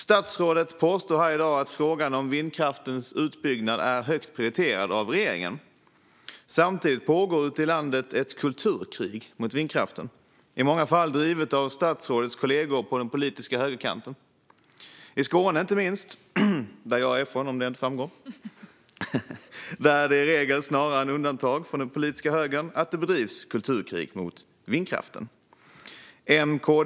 Statsrådet påstår här i dag att frågan om vindkraftens utbyggnad är högt prioriterad av regeringen. Samtidigt pågår ute i landet ett kulturkrig mot vindkraften, i många fall drivet av statsrådets kollegor på den politiska högerkanten. Inte minst i Skåne, där jag är ifrån, är det regel snarare än undantag att det bedrivs kulturkrig mot vindkraften från den politiska högern.